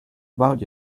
about